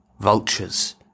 Vultures